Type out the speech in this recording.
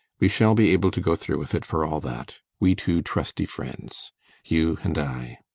we shall be able to go through with it, for all that we two trusty friends you and i.